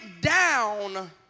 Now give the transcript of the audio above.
down